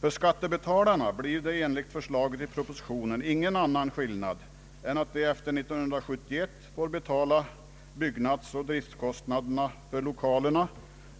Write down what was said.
För skattebetalarna blir det enligt förslaget i propositionen ingen annan skillnad än att de efter 1971 får betala byggnadsoch driftkostnaderna för 1okalerna